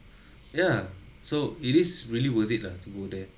ya so it is really worth it lah to go there